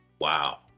Wow